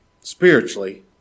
spiritually